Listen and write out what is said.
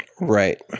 Right